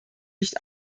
nicht